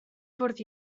fwrdd